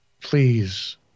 please